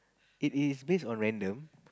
it is based on random